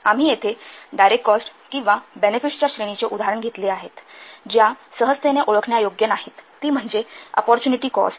आम्ही येथे काही डायरेक्ट कॉस्ट किंवा बेनेफिट्स च्या श्रेणीचे उदाहरण घेतले आहेत ज्या सहजतेने ओळखण्यायोग्य नाहीत ती म्हणजे अपॉरच्युनिटी कॉस्ट